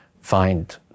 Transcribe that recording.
find